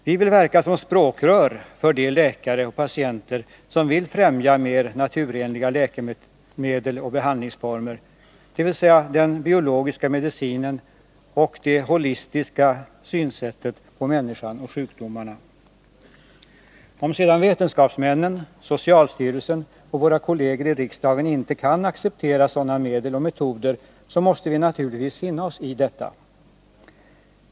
Vi vill verka som språkrör för de läkare och patienter som vill främja mer naturenliga läkemedel och behandlingsformer, dvs. den biologiska medicinen och det holistiska synsättet på människan och sjukdomarna. Om sedan vetenskapsmännen, socialstyrelsen och våra kolleger i riksdagen inte kan acceptera sådana medel och metoder, måste vi naturligtvis finna oss i detta.